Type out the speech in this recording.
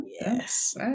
yes